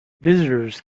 visitors